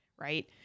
right